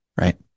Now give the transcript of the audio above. Right